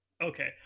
Okay